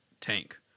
tank